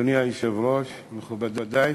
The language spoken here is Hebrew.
אדוני היושב-ראש, מכובדי,